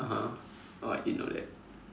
(uh huh) oh I didn't know that